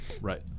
right